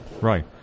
Right